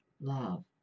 Love